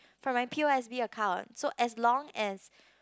from my P_O_S_B account so as long as